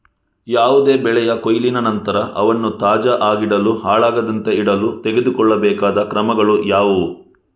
ಯಾವುದೇ ಬೆಳೆಯ ಕೊಯ್ಲಿನ ನಂತರ ಅವನ್ನು ತಾಜಾ ಆಗಿಡಲು, ಹಾಳಾಗದಂತೆ ಇಡಲು ತೆಗೆದುಕೊಳ್ಳಬೇಕಾದ ಕ್ರಮಗಳು ಯಾವುವು?